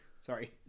sorry